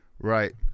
Right